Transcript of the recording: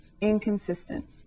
inconsistent